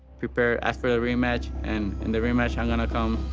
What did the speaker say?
prepare for the rematch, and in the rematch, i'm going to come,